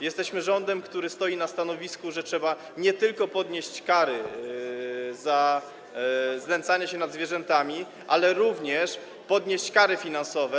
Jesteśmy rządem, który stoi na stanowisku, że trzeba nie tylko podnieść kary za znęcanie się nad zwierzętami, ale również podnieść kary finansowe.